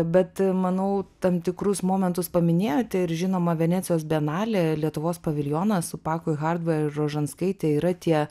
bet manau tam tikrus momentus paminėjote ir žinoma venecijos bienalė lietuvos paviljonas su paku hardver ir rožanskaite yra tie